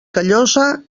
callosa